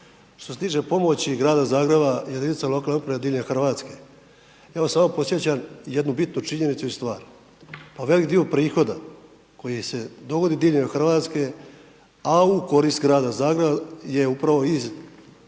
Što se tiče pomoći grada Zagreba, jedinice lokalne uprave diljem Hrvatske, evo samo podsjećam jedinu bitnu činjenicu i stvar pa velik dio prihoda koji se dogodi diljem Hrvatske a u korist grada Zagreba je upravo iz djela